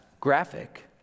graphic